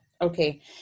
Okay